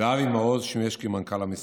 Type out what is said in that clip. ואבי מעוז שימש מנכ"ל המשרד.